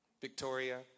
Victoria